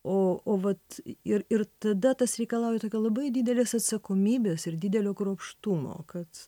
o o vat ir ir tada tas reikalauja tokio labai didelės atsakomybės ir didelio kruopštumo kad